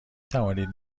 توانید